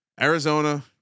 Arizona